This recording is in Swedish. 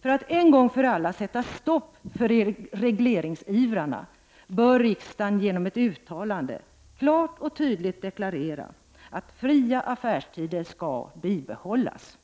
För att en gång för alla sätta stopp för regleringsivrarna bör riksdagen genom ett uttalande klart och tydligt deklarera att fria affärstider skall bibehållas.